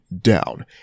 down